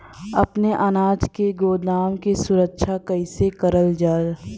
अपने अनाज के गोदाम क सुरक्षा कइसे करल जा?